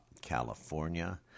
California